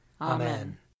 Amen